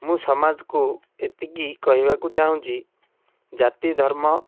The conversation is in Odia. ମୁଁ ସମାଜକୁ ଏତିକି କହିବାକୁ ଚାହୁଁଛି ଜାତି ଧର୍ମ